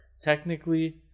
Technically